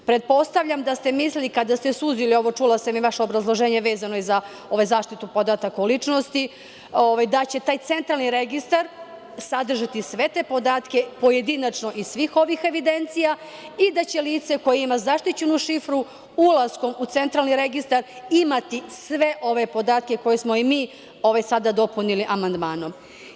Pretpostavljam da ste mislili kada ste suzili ovo, čula sam i vaše obrazloženje koje je vezano za zaštitu podataka o ličnosti, da će taj centralni registar sadržati sve te podatke, pojedinačno iz svih ovih evidencija i da će lice koje ima zaštićenu šifru ulaskom u centralni registar imati sve ove podatke koje smo mi sada dopunili amandmanom.